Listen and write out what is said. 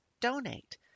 donate